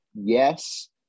yes